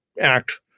act